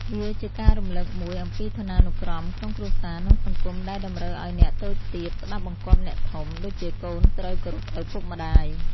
វាជាការរំលឹកមួយអំពីឋានានុក្រមក្នុងគ្រួសារ និងសង្គម ដែលតម្រូវឱ្យអ្នកតូចទាបស្តាប់បង្គាប់អ្នកធំ ដូចជាកូនត្រូវគោរពឪពុកម្តាយ។